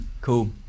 Cool